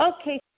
Okay